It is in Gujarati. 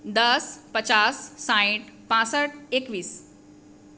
દસ પચાસ સાઠ પાંસઠ એકવીસ